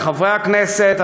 על חברי הכנסת,